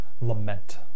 lament